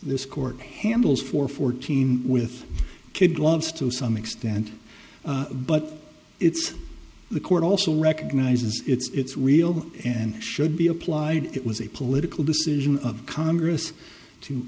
this court handles for fourteen with kid gloves to some extent but it's the court also recognizes it's real and should be applied it was a political decision of congress to